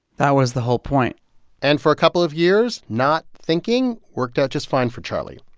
that was the whole point and for a couple of years, not thinking worked out just fine for charlie.